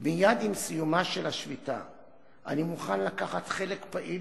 מייד עם סיומה של השביתה אני מוכן לקחת חלק פעיל